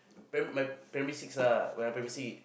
pri~ my primary six ah when I primary six